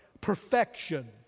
perfection